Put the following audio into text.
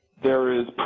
there is